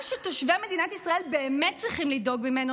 מה שתושבי מדינת ישראל באמת צריכים לדאוג ממנו הוא